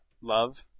Love